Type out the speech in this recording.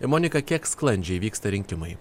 monika kiek sklandžiai vyksta rinkimai